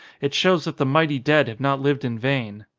it shows that the mighty dead have not lived in vain.